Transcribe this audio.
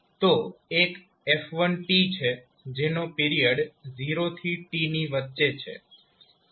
તો એક f1 છે જેનો પિરિયડ 0 થી t ની વચ્ચે છે